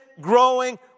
growing